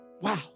Wow